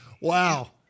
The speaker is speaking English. Wow